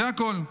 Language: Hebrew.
זה הכול.